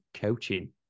coaching